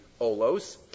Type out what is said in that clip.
Olos